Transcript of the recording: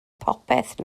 popeth